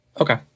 Okay